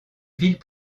villes